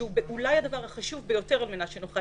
ואולי הוא הדבר החשוב ביותר כדי שנוכל